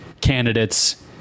candidates